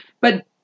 but-